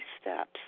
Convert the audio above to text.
steps